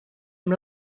amb